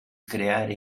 creare